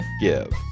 give